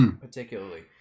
Particularly